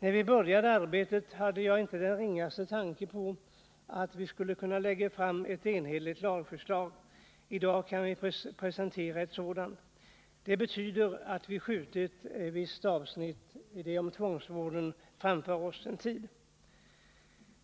När vi började arbetet hade jag inte den ringaste tro på att vi skulle kunna lägga fram ett enhälligt betänkande. I dag kan vi presentera ett sådant. Det betyder att vi skjutit ett visst avsnitt, det om tvångsvården, framför oss en tid.